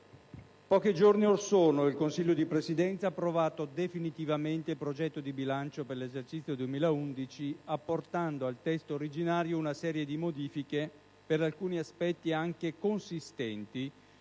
pochi giorni or sono, il Consiglio di Presidenza ha approvato definitivamente il progetto di bilancio per l'esercizio 2011, apportando al testo originario una serie di modifiche, per alcuni aspetti anche consistenti,